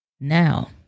Now